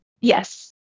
yes